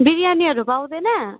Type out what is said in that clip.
बिरयानीहरू पाउँदैन